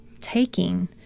taking